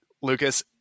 Lucas